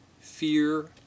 fear